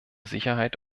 sicherheit